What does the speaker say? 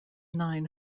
nine